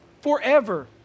Forever